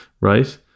right